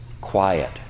quiet